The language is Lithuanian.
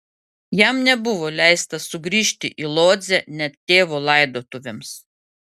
jam nebuvo leista sugrįžti į lodzę net tėvo laidotuvėms